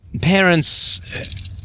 parents